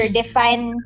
define